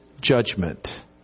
judgment